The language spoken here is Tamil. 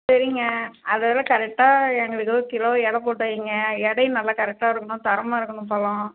சரிங்க அததில் கரெக்டாக எங்களுக்கு வந்து கிலோ எடை போட்டு வைங்க எடையும் நல்லா கரெக்டாக இருக்கணும் தரமாக இருக்கணும் பழம்